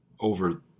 over